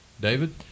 David